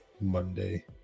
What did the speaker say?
monday